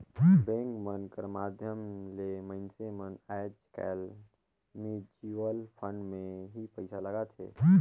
bank मन कर माध्यम ले मइनसे मन आएज काएल म्युचुवल फंड में ही पइसा लगाथें